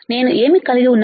నేను ఏమి కలిగి ఉన్నాను